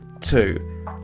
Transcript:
Two